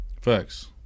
Facts